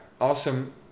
Awesome